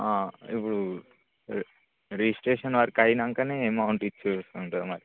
ఇప్పుడు registration work అయినాకనే amount ఇచ్చేసుకుంటాను మరి